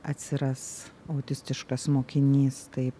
atsiras autistiškas mokinys taip